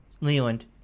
Leland